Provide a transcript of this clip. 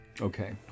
Okay